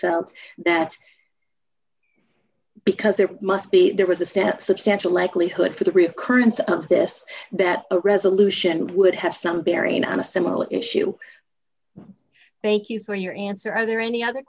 felt that because there must be there was a step substantial likelihood for the recurrence of this that a resolution would have some bearing on a similar issue thank you for your answer are there any other